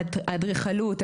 אדריכלות,